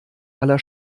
aller